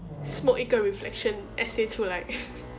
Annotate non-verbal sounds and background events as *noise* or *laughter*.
smoke 一个 reflection essay 出来 *laughs*